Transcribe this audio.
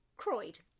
Croyd